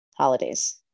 holidays